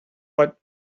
but